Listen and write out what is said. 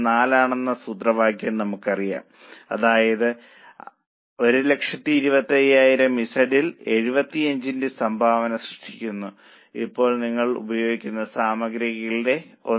4 ആണെന്ന സൂത്രവാക്യം നമുക്കറിയാം അതായത് അതേ 1 25 000 Z ൽ 75 ന്റെ സംഭാവന സൃഷ്ടിക്കുന്നു ഇപ്പോൾ നിങ്ങൾ ഉപയോഗിക്കുന്ന സാമഗ്രികളുടെ 1